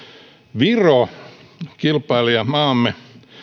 viro kilpailijamaamme